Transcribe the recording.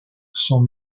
son